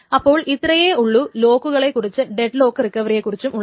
അപ്പോൾ ഇത്രയേ ഉള്ളൂ ലോക്കുകളെ കുറിച്ചും ഡെഡ്ലോക്ക് റിക്കവറിയെ കുറിച്ചും ഉള്ളവ